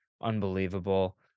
unbelievable